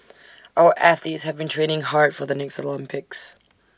our athletes have been training hard for the next Olympics